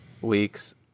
week's